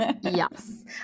yes